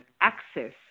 access